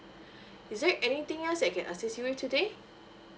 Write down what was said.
is there anything else that I can assist you with today